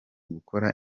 gukora